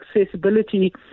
accessibility